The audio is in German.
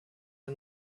der